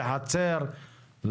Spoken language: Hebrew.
לחצר,